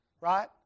right